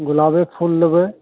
गुलाबे फूल लेबै